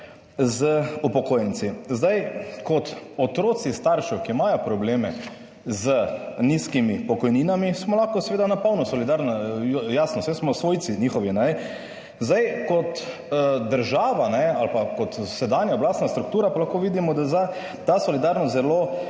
z upokojenci. Kot otroci staršev, ki imajo probleme z nizkimi pokojninami, smo lahko seveda na polno solidarno, jasno, saj smo svojci njihovi. Kot država ali pa kot sedanja oblastna struktura pa lahko vidimo, da ta solidarnost zelo